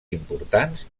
importants